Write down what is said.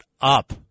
up